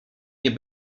nie